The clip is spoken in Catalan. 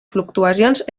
fluctuacions